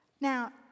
Now